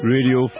Radio